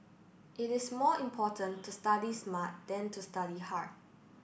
it is more important to study smart than to study hard